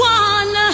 one